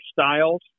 styles